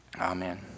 Amen